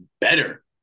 better